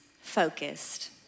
focused